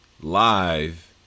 live